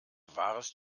wahres